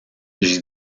j’ai